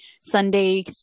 Sunday